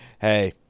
Hey